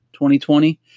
2020